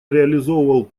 реализовывал